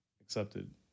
accepted